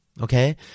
okay